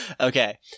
Okay